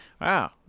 Wow